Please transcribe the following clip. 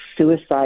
suicide